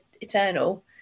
eternal